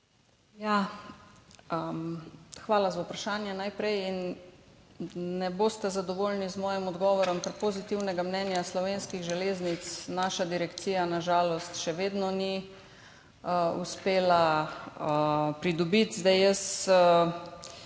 hvala za vprašanje. Ne boste zadovoljni z mojim odgovorom, ker pozitivnega mnenja Slovenskih železnic naša direkcija na žalost še vedno ni uspela pridobiti. Jaz